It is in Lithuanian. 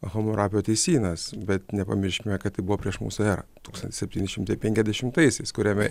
hamurabio teisynas bet nepamirškime kad tai buvo prieš mūsų erą tūkstantis septyni šimtai penkiasdešimtaisiais kuriame